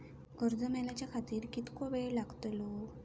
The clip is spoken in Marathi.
कर्ज मेलाच्या खातिर कीतको वेळ लागतलो?